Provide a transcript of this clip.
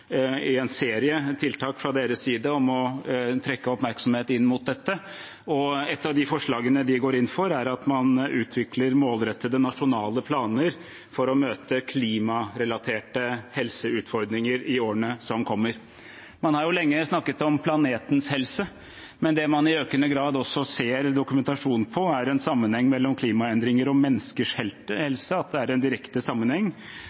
i en serie tiltak fra deres side for å trekke oppmerksomhet mot dette. Et av forslagene de går inn for, er at man skal utvikle målrettede nasjonale planer for å møte klimarelaterte helseutfordringer i årene som kommer. Man har lenge snakket om planetens helse, men det man i økende grad også ser dokumentasjon på, er en sammenheng mellom klimaendringer og menneskers helse – at det er en direkte sammenheng.